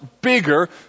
bigger